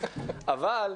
אבל,